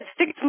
six